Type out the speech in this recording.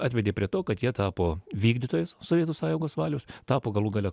atvedė prie to kad jie tapo vykdytojais sovietų sąjungos valios tapo galų gale